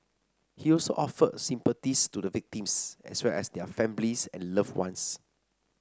he also offered sympathies to the victims as well as their families and loved ones